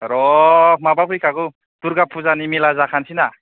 र' माबा फैखागौ दुरगा फुजानि मेला जाखानोसै ना